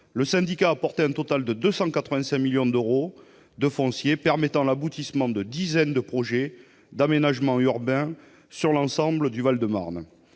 le syndicat a porté un total de 285 millions d'euros de foncier, permettant l'aboutissement de dizaines de projets d'aménagement urbain sur l'ensemble du Val-de-Marne.